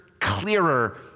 clearer